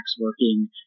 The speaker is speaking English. working